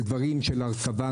של דברים של הרכבה,